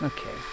Okay